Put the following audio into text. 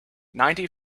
ninety